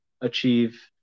achieve